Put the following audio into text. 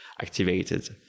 activated